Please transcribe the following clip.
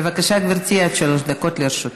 בבקשה, גברתי, עד שלוש דקות לרשותך.